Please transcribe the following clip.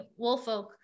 Wolfolk